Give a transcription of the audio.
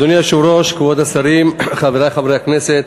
אדוני היושב-ראש, כבוד השרים, חברי חברי הכנסת,